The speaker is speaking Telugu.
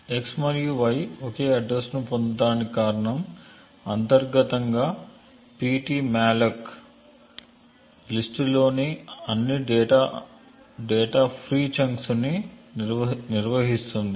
x మరియు y ఒకే అడ్రస్ ను పొందటానికి కారణం అంతర్గతంగా ptmalloc లిస్ట్ లోని అన్ని డేటా ఫ్రీ చంక్స్ ని నిర్వహిస్తుంది